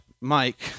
Mike